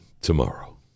tomorrow